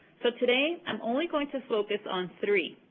so, today i'm only going to focus on three.